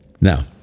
Now